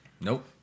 Nope